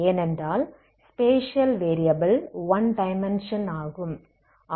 ஏனென்றால் spatial variable one dimension ஆகும்